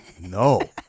No